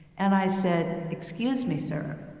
and i said, excuse me, sir.